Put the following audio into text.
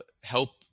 help